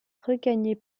regagner